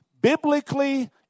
Biblically